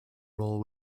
role